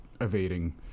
evading